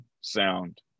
sound